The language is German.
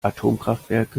atomkraftwerke